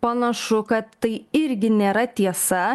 panašu kad tai irgi nėra tiesa